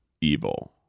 evil